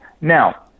Now